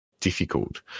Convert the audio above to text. difficult